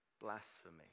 blasphemy